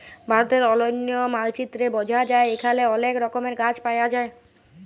ভারতের অলন্য মালচিত্রে বঝা যায় এখালে অলেক রকমের গাছ পায়া যায়